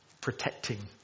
protecting